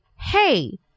hey